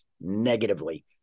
negatively